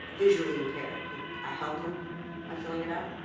visually impaired, could i help them by filling it out?